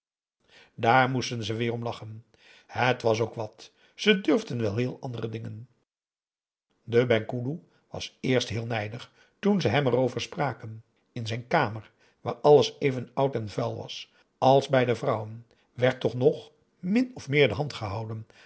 daar moesten ze weer om lachen het was ook wat ze durfden wel heel andere dingen de penghoeloe was eerst heel nijdig toen ze hem erover spraken in zijn kamer waar alles even oud en vuil was als bij de vrouwen werd toch nog min of meer de hand gehouden